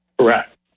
Correct